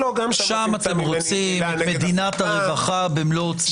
שם אתם רוצים מדינת רווחה במלוא עוצמתה.